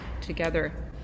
together